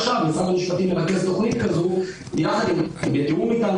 עכשיו משרד המשפטים מרכז תכנית כזאת בתיאום אתנו